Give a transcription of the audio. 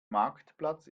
marktplatz